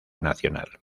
nacional